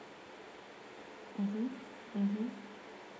mmhmm mmhmm